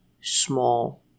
small